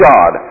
God